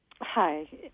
Hi